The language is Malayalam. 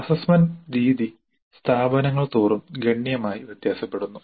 അസ്സസ്സ്മെന്റ് രീതി സ്ഥാപനങ്ങൾ തോറും ഗണ്യമായി വ്യത്യാസപ്പെടുന്നു